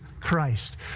Christ